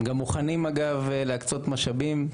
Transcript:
הם גם מוכנים, אגב, להקצות משאבים.